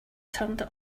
turned